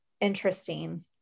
interesting